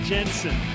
Jensen